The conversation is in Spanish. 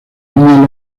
líneas